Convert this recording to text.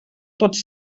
tots